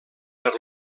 per